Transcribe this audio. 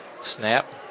Snap